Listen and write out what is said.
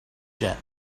jet